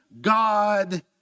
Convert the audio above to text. God